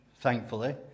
thankfully